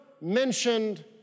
mentioned